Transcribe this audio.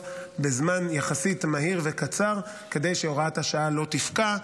בזמן יחסית מהיר וקצר כדי שהוראת השעה לא תפקע.